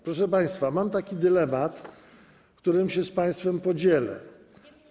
Proszę państwa, mam taki dylemat, którym się z państwem podzielę.